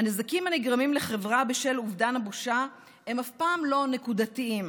"הנזקים הנגרמים לחברה בשל אובדן הבושה הם אף פעם לא נקודתיים.